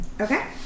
Okay